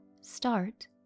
start